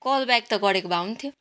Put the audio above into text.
call back त गरेको भए हुन्थ्यो